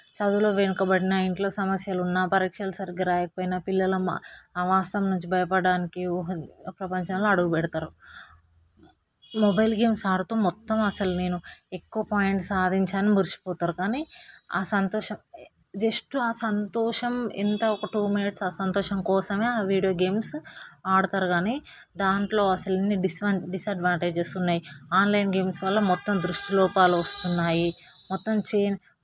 చదువులో వెనకబడిన ఇంట్లో సమస్యలు ఉన్నా పరీక్షలు సరిగ్గా రాకపోయినా పిల్లలను ఆమాసం నుంచి బయటపడడానికి ఒక ప్రపంచంలో అడుగుపెడతారు మొబైల్ గేమ్స్ ఆడుతు మొత్తం అసలు నేను ఎక్కువ పాయింట్స్ సాధించాను అని మురిసిపోతారు కానీ ఆ సంతోషం జస్ట్ ఆ సంతోషం ఎంత ఒక టూ మినిట్స్ ఆ సంతోషం కోసమే వీడియో గేమ్స్ ఆడతారు కానీ దాంట్లో అసలు ఎన్ని డిస డిసడ్వాంటేజెస్ ఉన్నాయి ఆన్లైన్ గేమ్స్ వల్ల మొత్తం దృష్టి లోపాలు వస్తున్నాయి మొత్తం చే